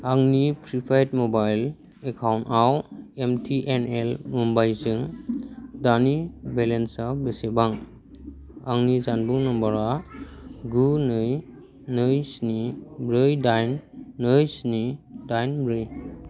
आंनि prepaid mobile account आव M T N L मबाइलजों दानि बेलेन्स आ बेसेबां आंनि जानबुं नम्बरआ गु नै नै स्नि ब्रै दाइन नै स्नि दाइन ब्रै